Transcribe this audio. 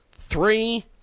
Three